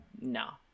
no